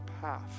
path